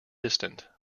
distant